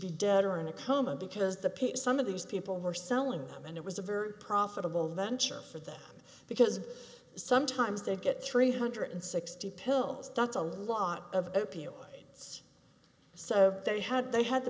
be dead or in a coma because the people some of these people were selling them and it was a very profitable venture for them because sometimes they get three hundred sixty pills that's a lot of opioids so they had they had the